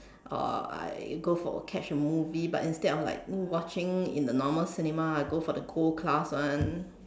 or I go for catch a movie but instead of like watching in the normal cinema I go for the gold class one